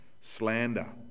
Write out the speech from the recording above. slander